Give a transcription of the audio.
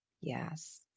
Yes